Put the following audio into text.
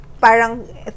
parang